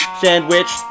sandwich